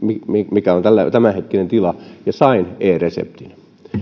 mikä on tämänhetkinen tila ja sain e reseptin